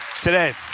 today